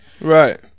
Right